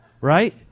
Right